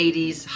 80s